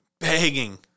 begging